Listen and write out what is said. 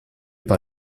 par